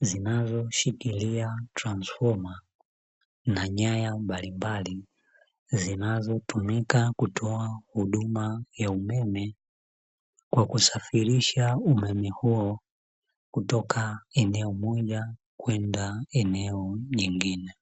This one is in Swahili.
zinazoshikilia transifoma na nyaya mbalimbali, zinazotumika kutoa huduma ya umeme kwa kusafirisha umeme huo kutoka eneo moja kwenda eneo jingine.